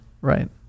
right